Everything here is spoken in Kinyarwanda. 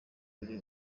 buri